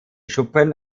schuppen